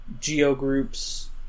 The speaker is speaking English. geo-groups